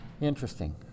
Interesting